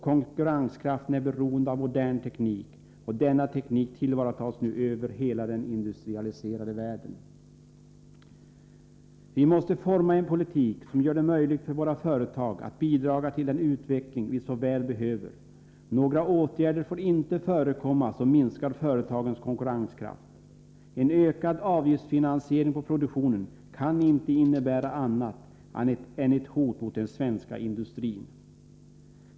Konkurrenskraften är beroende av ny modern teknik, och denna teknik tillvaratas nu över hela den industrialiserade världen. Vi måste forma en politik som gör det möjligt för våra företag att bidra till den utveckling vi så väl behöver. Några åtgärder får inte förekomma som minskar företagens konkurrenskraft. En ökad avgiftsfinansiering på produktionen kan inte innebära annat än ett hot mot den svenska industrin.